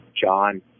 John